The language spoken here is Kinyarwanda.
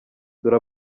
dore